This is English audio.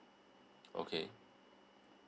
okay